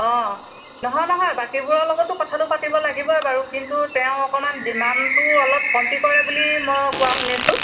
অঁ নহয় নহয় বাকীবোৰৰ লগতো কথাটো পাতিব লাগিবই বাৰু কিন্তু তেওঁ অকণমান ডিমাণ্ডটো অলপ কমতি কৰে বুলি মই কোৱা শুনিছোঁ